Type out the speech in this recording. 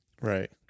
Right